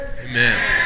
Amen